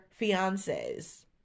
fiancés